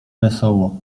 wesoło